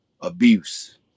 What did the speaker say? abuse